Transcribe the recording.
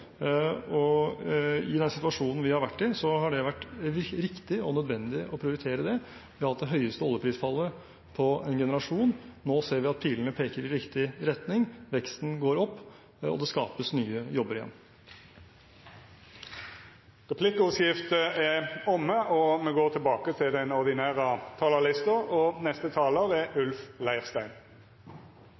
arbeidsplassene. I den situasjonen vi har vært i, har det vært riktig og nødvendig å prioritere det. Vi har hatt det største oljeprisfallet på en generasjon. Nå ser vi at pilene peker i riktig retning. Veksten går opp, og det skapes nye jobber. Replikkordskiftet er omme. La meg også få lov til å gratulere hele det valgte presidentskapet. Jeg ser fram til godt samarbeid i de fire årene vi